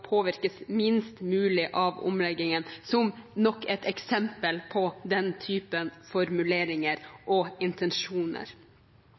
påvirkes minst mulig av omleggingen», som nok et eksempel på den typen formuleringer og intensjoner.